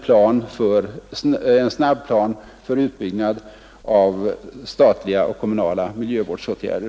Jag yrkar alltså avslag på utskottets hemställan och bifall till reservationen.